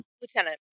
Lieutenant